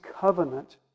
covenant